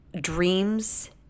dreams